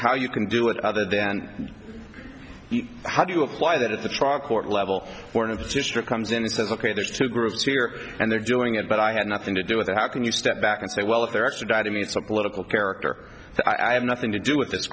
how you can do it other then how do you apply that at the trial court level one of the district comes in and says ok there's two groups here and they're doing it but i had nothing to do with it how can you step back and say well if they're extradited me it's a political character i have nothing to do with this